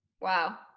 Wow